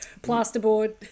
plasterboard